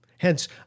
Hence